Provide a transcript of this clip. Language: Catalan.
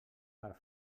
per